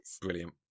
Brilliant